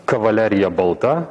kavalerija balta